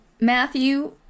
Matthew